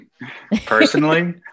Personally